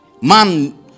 Man